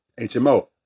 HMO